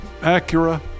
Acura